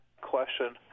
Question